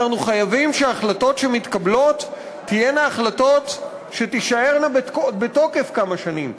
אנחנו חייבים שההחלטות שמתקבלות תהיינה החלטות שתישארנה בתוקף כמה שנים,